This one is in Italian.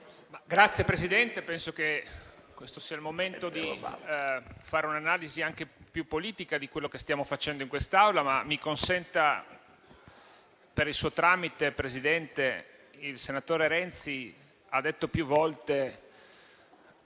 Signor Presidente, penso che questo sia il momento di fare un'analisi anche più politica di quello che stiamo facendo in quest'Aula. Ma mi consenta, per il suo tramite, di osservare che il senatore Renzi ha accusato il